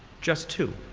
just two.